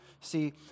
See